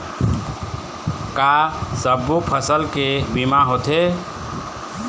का सब्बो फसल के बीमा होथे?